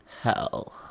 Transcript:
Hell